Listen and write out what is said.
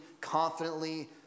Confidently